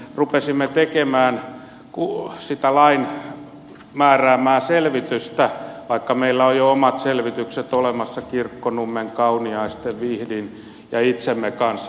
rupesimme tekemään sitä lain määräämää selvitystä vaikka meillä on jo omat selvitykset olemassa kirkkonummen kauniaisten vihdin ja itsemme kanssa